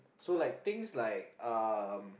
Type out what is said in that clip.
so like things like um